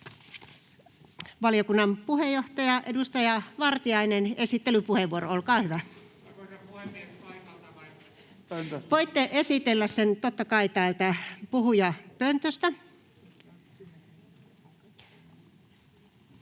Valiokunnan puheenjohtaja, edustaja Vartiainen, esittelypuheenvuoro, olkaa hyvä. [Juhana Vartiainen: Paikalta vai pöntöstä?]